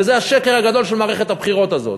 וזה השקר הגדול של מערכת הבחירות הזאת.